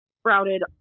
sprouted